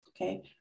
Okay